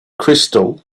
crystal